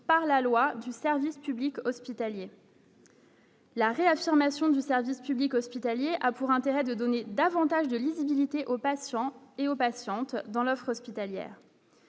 par la loi du service public hospitalier. La réaffirmation du service public hospitalier a pour intérêt de donner davantage de lisibilité aux patients et aux patientes dans l'offre hospitalière.